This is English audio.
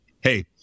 hey